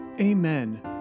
Amen